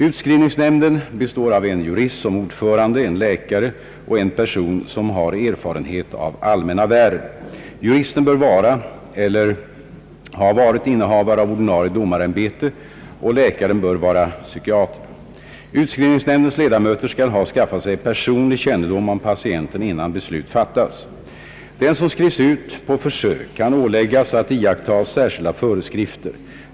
Utskrivningsnämnden består av en jurist som ordförande, en läkare och en person som har erfarenhet av allmänna värv, Juristen bör vara eller ha varit innehavare av ordinarie domarämbete och läkaren bör vara psykiater. Utskrivningsnämndens ledamöter skall ha skaffat sig personlig kännedom om patienten innan beslut fattas. Den som skrivs ut på försök kan åläggas att iaktta särskilda föreskrifter.